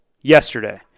yesterday